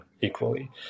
equally